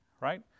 right